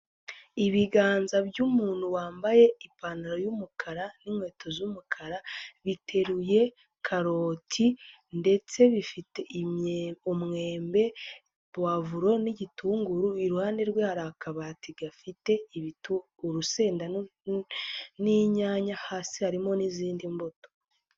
Ibiganza by'umuntu wambaye ipantaro y'umukara n'inkweto z'umukara, biteruye karoti ndetse bifite umwembe, puwavuro n'igitunguru, iruhande rwe hari akabati gafite urusenda n'inyanya, hasi harimo n'izindi mbuto.